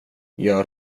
gör